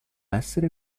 essere